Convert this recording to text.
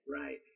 Right